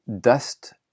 dust